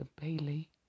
Bailey